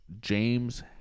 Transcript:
James